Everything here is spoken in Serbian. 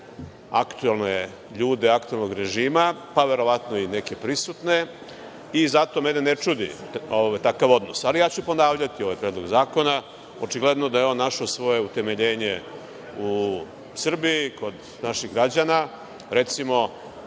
aktuelne ljude aktuelnog režima, pa verovatno i neke prisutne i zato mene ne čudi takav odnos. Ali ja ću ponavljati ovaj Predlog zakona. Očigledno da je on našao svoje utemeljenje u Srbiji kod naših građana. Recimo,